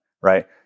Right